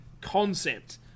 concept